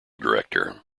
director